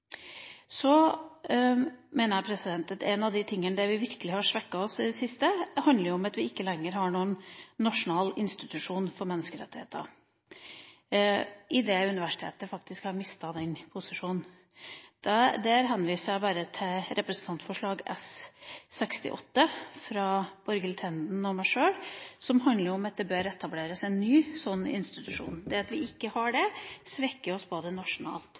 Så mener jeg at en av de tingene som virkelig har svekket oss i det siste, er at vi ikke lenger har noen nasjonal institusjon for menneskerettigheter, idet Universitetet i Oslo faktisk har mistet den posisjonen. Der henviser jeg til representantforslag 68 S, fra Borghild Tenden og meg sjøl, som handler om at det bør etableres en ny slik institusjon. At vi ikke har det, svekker oss både nasjonalt